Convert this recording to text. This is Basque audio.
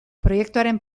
proiektuaren